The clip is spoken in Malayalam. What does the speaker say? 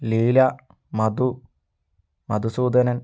ലീല മധു മധുസൂദനൻ